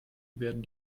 werden